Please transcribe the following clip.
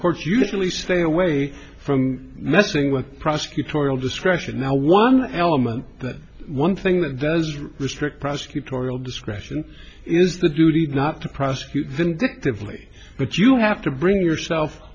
courts usually stay away from messing with prosecutorial discretion now one element that one thing that does restrict prosecutorial discretion is the duty not to prosecute vindictively but you have to bring yourself